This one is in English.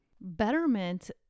betterment